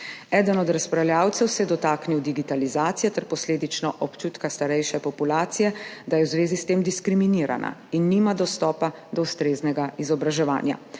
Eden od razpravljavcev se je dotaknil digitalizacije ter posledično občutka starejše populacije, da je v zvezi s tem diskriminirana in nima dostopa do ustreznega izobraževanja.